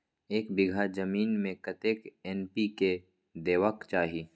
एक बिघा जमीन में कतेक एन.पी.के देबाक चाही?